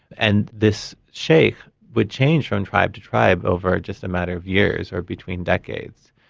and this sheikh would change from and tribe to tribe over just a matter of years or between decades.